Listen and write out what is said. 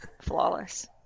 flawless